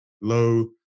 low